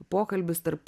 pokalbis tarp